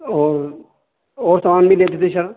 اور اور سامان بھی لیتے تھے سر